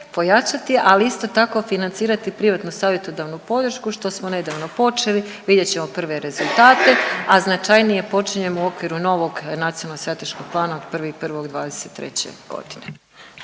pojačati, ali isto tako financirati i privatnu savjetodavnu podršku što smo nedavno počeli. Vidjet ćemo prve rezultate, a značajnije počinjemo u okviru novog nacionalnog i strateškog plana od 1.1.'23. godine.